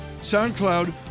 SoundCloud